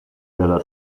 della